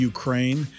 Ukraine